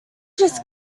just